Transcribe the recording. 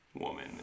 woman